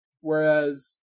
whereas